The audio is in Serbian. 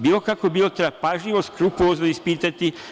Bilo kako bilo, treba pažljivo, skrupulozno ispitati.